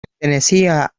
pertenecía